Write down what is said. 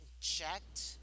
checked